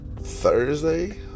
Thursday